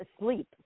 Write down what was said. asleep